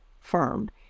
firm